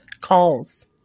Calls